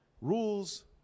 Rules